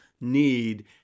need